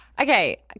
Okay